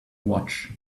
watch